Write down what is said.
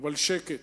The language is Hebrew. אבל שקט,